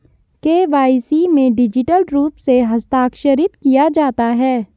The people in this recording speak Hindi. के.वाई.सी में डिजिटल रूप से हस्ताक्षरित किया जाता है